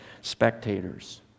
spectators